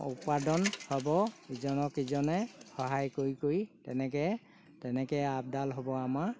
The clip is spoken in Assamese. উৎপাদন হ'ব ইজনক ইজনে সহায় কৰি কৰি তেনেকৈ তেনেকৈ আপডাল হ'ব আমাৰ